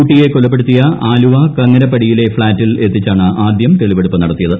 കുട്ടിയെ കൊലപ്പെടുത്തിയ ആലുവ കങ്ങരപ്പടിയിലെ ഫ്ലാറ്റിൽ എത്തിച്ചാണ് ആദ്യം തെളിവെടുപ്പ് നടത്തിയത്